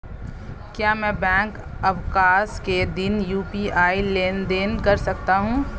क्या मैं बैंक अवकाश के दिन यू.पी.आई लेनदेन कर सकता हूँ?